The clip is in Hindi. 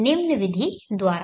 निम्न विधि द्वारा